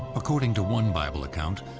according to one bible account,